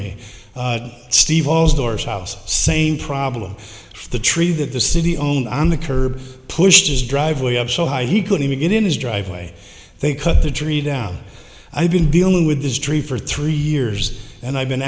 me steve all those doors house same problem the tree that the city owned on the curb pushed his driveway up so high he couldn't even get in his driveway they cut the tree down i've been dealing with this tree for three years and i've been